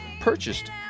purchased